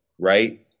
right